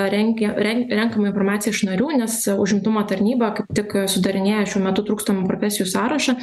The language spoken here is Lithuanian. rengia renk renkame informaciją iš narių nes užimtumo tarnyba kaip tik sudarinėja šiuo metu trūkstamų profesijų sąrašą